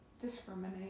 Discriminate